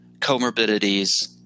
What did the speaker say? comorbidities